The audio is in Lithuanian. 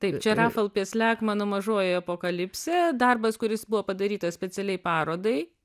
taip čia rafal piesliak mano mažoji apokalipsė darbas kuris buvo padarytas specialiai parodai